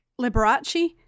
Liberace